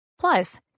Plus